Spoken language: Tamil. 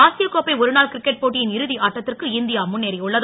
ஆசிய கோப்பை ஒருநாள் கிரிக்கெட் போட்டியின் இறுதி ஆட்டத்திற்கு இந்தியா முன்னேறியுள்ளது